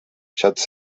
xats